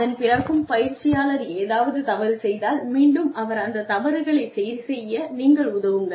அதன் பிறகு பயிற்சியாளர் ஏதாவது தவறு செய்தால் மீண்டும் அவர் அந்த தவறுகளைச் சரி செய்ய நீங்கள் உதவுங்கள்